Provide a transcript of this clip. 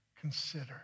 consider